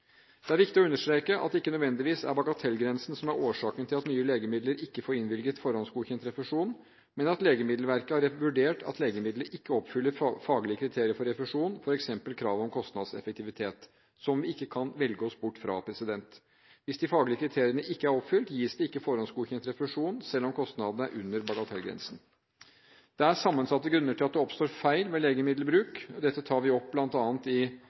Det er viktig å understreke at det ikke nødvendigvis er bagatellgrensen som er årsaken til at nye legemidler ikke får innvilget forhåndsgodkjent refusjon, men at Legemiddelverket har vurdert at legemidlet ikke oppfyller faglige kriterier for refusjon, f.eks. kravet om kostnadseffektivitet, som vi ikke kan velge oss bort fra. Hvis de faglige kriteriene ikke er oppfylt, gis det ikke forhåndsgodkjent refusjon selv om kostnadene er under bagatellgrensen. Det er sammensatte grunner til at det oppstår feil ved legemiddelbruk, og dette tar vi opp bl.a. i